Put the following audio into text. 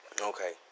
Okay